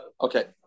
Okay